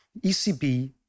ECB